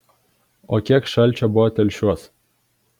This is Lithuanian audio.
o kiek šalčio buvo telšiuos